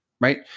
right